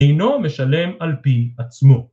אינו משלם על פי עצמו.